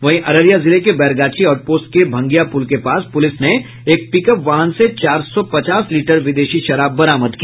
वहीं अररिया जिले के बैरगाछी आउट पोस्ट के भंगिया पुल के पास पुलिस ने एक पिकअप वाहन से चार सौ पचास लीटर विदेशी शराब बरामद की